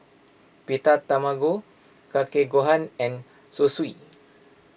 Pita Tamago Kake Gohan and Zosui